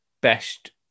best